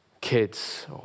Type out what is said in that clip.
kids